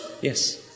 Yes